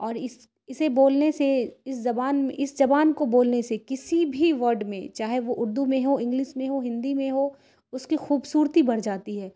اور اس اسے بولنے سے اس زبان میں اس زبان کو بولنے سے کسی بھی ورڈ میں چاہے وہ اردو میں ہو انگلش میں ہو ہندی میں ہو اس کی خوبصورتی بڑھ جاتی ہے